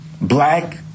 black